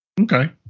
Okay